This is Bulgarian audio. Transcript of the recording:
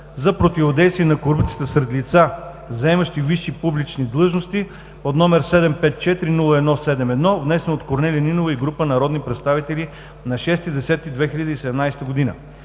за противодействие на корупцията сред лица, заемащи висши публични длъжности, № 754-01-71, внесен от Корнелия Нинова и група народни представители на 6 октомври